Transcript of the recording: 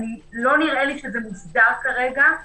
לא נראה לי שזה מוסדר כרגע.